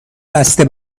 بسته